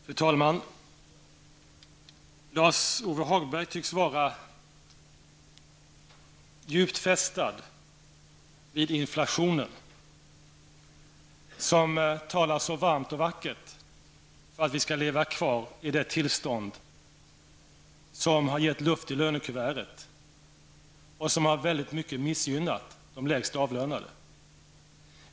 Fru talman! Lars-Ove Hagberg tycks vara djupt fästad vid inflationen. Han talar så varmt och vackert för att vi skall leva kvar i det tillstånd som har gett luft i lönekuvertet och som faktiskt missgynnat de lägst avlönade.